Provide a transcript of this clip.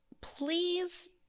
Please